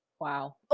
Wow